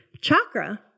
Chakra